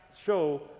show